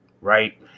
right